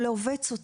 או לעובד סוציאלי,